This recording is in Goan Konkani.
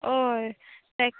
होय